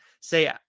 Say